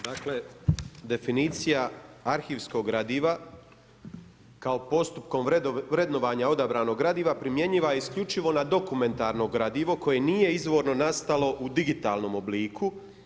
Dakle, definicija arhivskog gradiva kao postupkom vrednovanja odabranog gradiva primjenjiva je isključivo na dokumentarno gradivo koje nije izvorno nastalo u digitalnom obliku.